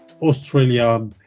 Australia